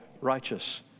righteous